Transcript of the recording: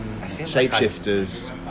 Shapeshifters